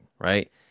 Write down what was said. right